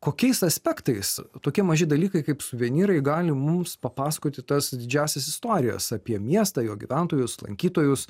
kokiais aspektais tokie maži dalykai kaip suvenyrai gali mums papasakoti tas didžiąsias istorijas apie miestą jo gyventojus lankytojus